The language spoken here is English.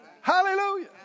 Hallelujah